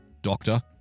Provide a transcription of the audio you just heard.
doctor